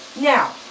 Now